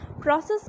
process